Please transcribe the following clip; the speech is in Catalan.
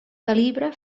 calibre